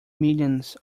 millions